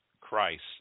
Christ